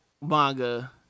manga